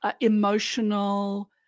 emotional